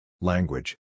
Language